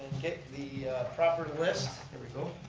get the proper list. here we go.